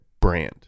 brand